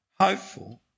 hopeful